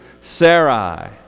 Sarai